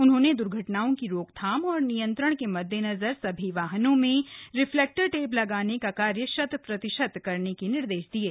उन्होंने दुर्घटनाओं की रोकथाम और नियंत्रण के मद्देनजर सभी वाहनों में रिफ्लेक्टर टेप लगाने का कार्य शतप्रतिशत करने के निर्देश दिये